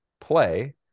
Play